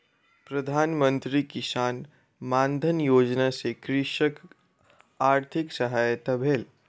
प्रधान मंत्री किसान मानधन योजना सॅ कृषकक आर्थिक सहायता भेल